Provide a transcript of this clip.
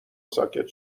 ساکت